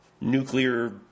nuclear